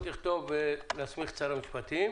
נכתוב שנסמיך את שר המשפטים.